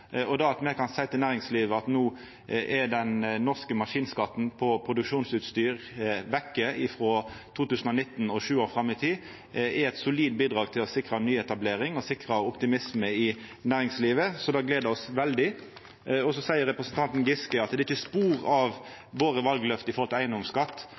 heilt. Det at me no kan seia til næringslivet at den norske maskinskatten på produksjonsutstyr er vekk frå 2019 og sju år fram i tid, er eit solid bidrag til å sikra nyetablering og optimisme i næringslivet. Det gler oss veldig. Representanten Giske seier at det ikkje er spor av valløfta våre om eigedomsskatt.